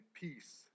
peace